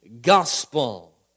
gospel